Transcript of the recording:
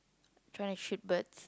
trying to shoot birds